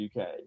uk